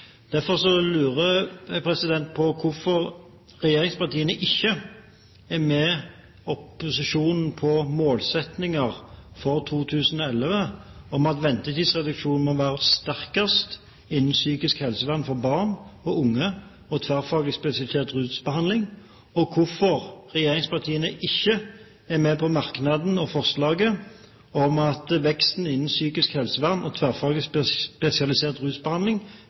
Derfor lurer jeg på hvorfor regjeringspartiene ikke er med opposisjonen på målsettinger for 2011 om at ventetidsreduksjonen må være sterkest innen psykisk helsevern for barn og unge og tverrfaglig spesialisert rusbehandling, og hvorfor regjeringspartiene ikke er med på merknaden og forslaget om at veksten innen psykisk helsevern og tverrfaglig spesialisert rusbehandling